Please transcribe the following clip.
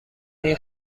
این